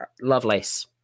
Lovelace